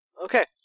Okay